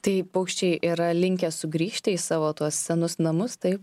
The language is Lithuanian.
tai paukščiai yra linkę sugrįžti į savo tuos senus namus taip